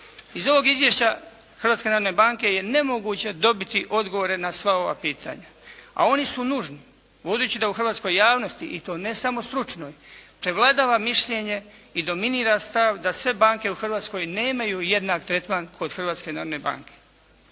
narodne banke je nemoguće dobiti odgovore na sva ova pitanja, a oni su nužni, budući da u hrvatskoj javnosti i to ne samo stručnoj, prevladava mišljenje i dominira stav da sve banke u Hrvatskoj nemaju jednak tretman kod